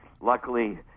luckily